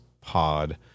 pod